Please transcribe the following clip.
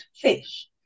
fish